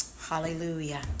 Hallelujah